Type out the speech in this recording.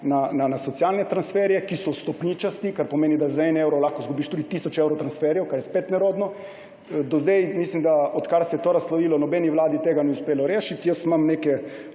na socialne transferje, ki so stopničasti, kar pomeni, da za 1 evro lahko izgubiš tudi tisoč evrov transferjev, kar je spet nerodno. Do zdaj, odkar se je to naslovilo, nobeni vladi tega ni uspelo rešiti. Jaz imam neke